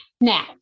Now